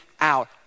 out